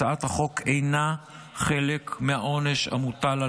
הצעת החוק אינה חלק מהעונש המוטל על